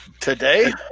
Today